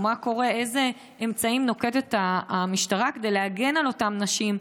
איזה אמצעים נוקטת המשטרה כדי להגן על אותן נשים?